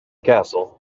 castle